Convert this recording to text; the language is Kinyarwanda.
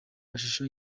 mashusho